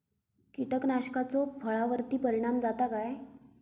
कीटकनाशकाचो फळावर्ती परिणाम जाता काय?